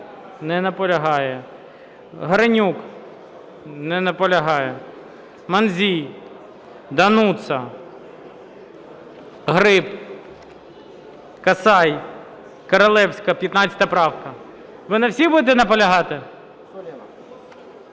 Не наполягає. Горенюк. Не наполягає. Мандзій. Дануца, Гриб, Касай, Королевська, 15 правка. Ви на всіх будете наполягати?